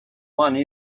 one